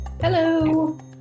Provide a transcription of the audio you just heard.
Hello